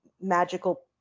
magical